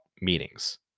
meetings